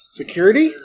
security